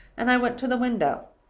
and i went to the window.